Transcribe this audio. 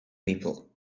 people